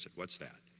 what's that?